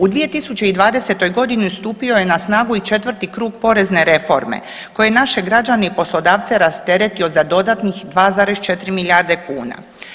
U 2020.g. stupio je na snagu i 4. krug porezne reforme koje je naše građane i poslodavce rasteretio za dodatnih 2,4 milijarde kuna.